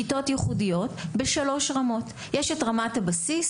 כיתות ייחודיות בשלוש רמות: יש את רמת הבסיס.